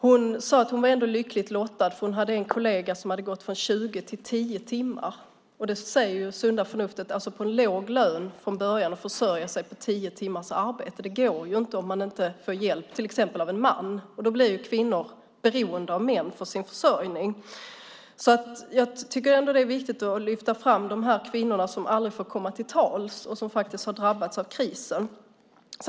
Hon sade att hon ändå var lyckligt lottad. Hon hade en kollega som hade gått från 20 till 10 timmar. Då säger sunda förnuftet att det inte går att försörja sig på 10 timmars arbete med en låg lön om kvinnorna inte får hjälp, till exempel av en man. Då blir kvinnor beroende av män för sin försörjning. Jag tycker att det är viktigt att lyfta fram dessa kvinnor som aldrig får komma till tals och som har drabbats av krisen.